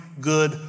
good